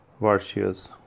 virtues